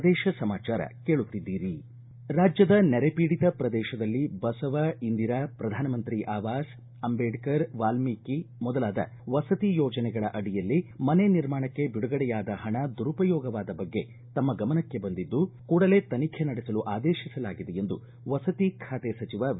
ಪ್ರದೇಶ ಸಮಾಚಾರ ಕೇಳುತ್ತಿದ್ದೀರಿ ರಾಜ್ಯದ ನೆರೆ ಪೀಡಿತ ಪ್ರದೇಶದಲ್ಲಿ ಬಸವ ಇಂದಿರಾ ಪ್ರಧಾನಮಂತ್ರಿ ಆವಾಸ್ ಅಂಬೇಡ್ಕರ್ ವಾಲ್ಮೀಕಿ ಮೊದಲಾದ ವಸತಿ ಯೋಜನೆಗಳ ಅಡಿಯಲ್ಲಿ ಮನೆ ನಿರ್ಮಾಣಕ್ಕೆ ಬಿಡುಗಡೆಯಾದ ಹಣ ದುರುಪಯೋಗವಾದ ಬಗ್ಗೆ ತಮ್ಮ ಗಮನಕ್ಕೆ ಬಂದಿದ್ದು ಕೂಡಲೇ ತನಿಖೆ ನಡೆಸಲು ಆದೇಶಿಸಲಾಗಿದೆ ಎಂದು ವಸತಿ ಖಾತೆ ಸಚಿವ ವಿ